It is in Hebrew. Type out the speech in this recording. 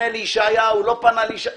פנה לישעיהו, לא פנה לישעיהו